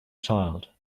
child